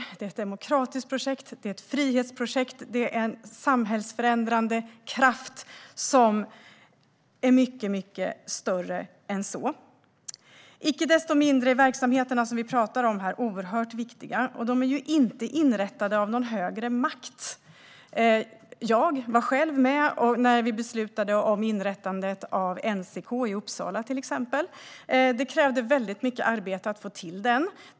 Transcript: Det är ett demokratiskt projekt, ett frihetsprojekt och en samhällsförändrande kraft som är mycket större än så. Icke desto mindre är de verksamheter som vi pratar om oerhört viktiga. De är ju inte inrättade av någon högre makt. Jag var själv med när vi beslutade om inrättandet av NCK i Uppsala. Det krävdes väldigt mycket arbete att få till den verksamheten.